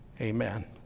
amen